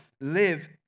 live